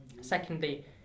Secondly